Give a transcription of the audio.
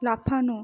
লাফানো